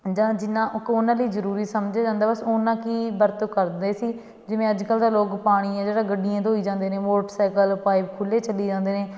ਜਾਂ ਜਿਨ੍ਹਾਂ ਕੁ ਉਨ੍ਹਾਂ ਲਈ ਜ਼ਰੂਰੀ ਸਮਝਿਆ ਜਾਂਦਾ ਬਸ ਉਨ੍ਹਾਂ ਕੁ ਵਰਤੋਂ ਕਰਦੇ ਸੀ ਜਿਵੇਂ ਅੱਜ ਕੱਲ੍ਹ ਤਾਂ ਲੋਕ ਪਾਣੀ ਹੈ ਜਿਹੜਾ ਗੱਡੀਆਂ ਧੋਈ ਜਾਂਦੇ ਨੇ ਮੋਟਰਸਾਈਕਲ ਪਾਈਪ ਖੁੱਲ੍ਹੇ ਚਲੀ ਜਾਂਦੇ ਨੇ